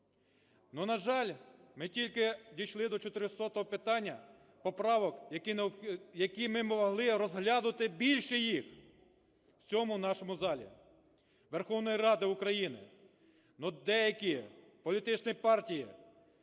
на жаль, ми тільки дійшли до 400 питання, поправок, які ми могли розглянути, більше їх в цьому нашому залі Верховної Ради України. Но деякі політичні партії,